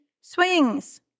swings